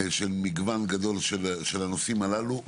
של מגוון גדול של הנושאים הללו.